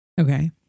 Okay